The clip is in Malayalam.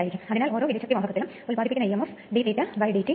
അവ ലളിതവും കുറഞ്ഞ ചെലവും പരിപാലിക്കാൻ എളുപ്പവുമാണ്